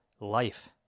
life